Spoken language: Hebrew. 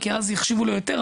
כי אז יחשיבו לו יותר,